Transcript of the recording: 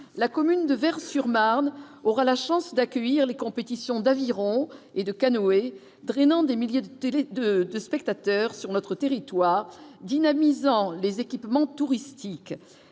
la commune de Vaires-sur-Marne, aura la chance d'accueillir les compétitions d'aviron et de canoë drainant des milliers de télé de spectateurs sur notre territoire, dynamisant les équipements touristiques,